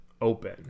open